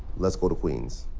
let's go to queens.